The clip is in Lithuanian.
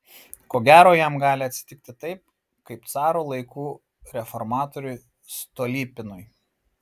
ko gero jam gali atsitikti taip kaip caro laikų reformatoriui stolypinui